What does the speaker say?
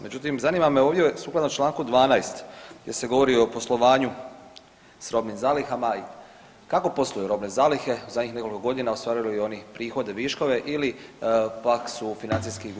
Međutim zanima me ovdje sukladno čl. 12, gdje se govori o poslovanju s robnim zalihama, kako posluju robne zalihe u zadnjih nekoliko godina, ostvaruju li oni prihode, viškove ili pak su financijski gubitaš?